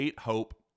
Hope